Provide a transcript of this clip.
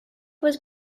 was